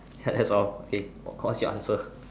that's all okay what's your answer